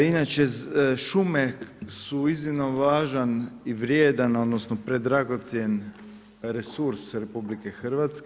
Inače, šume su iznimno važan i vrijedan odnosno predragocjen resurs RH.